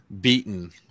beaten